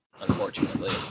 unfortunately